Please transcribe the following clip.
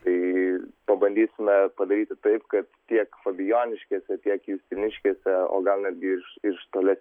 tai pabandysime padaryti taip kad tiek fabijoniškėse tiek justiniškėse o gal netgi iš iš toli